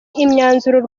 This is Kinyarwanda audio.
imyanzuro